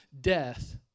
death